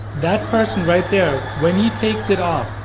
that person right there, when he takes it off,